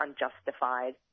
unjustified